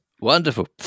Wonderful